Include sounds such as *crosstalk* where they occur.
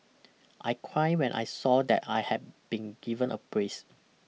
*noise* I cried when I saw that I had been given a place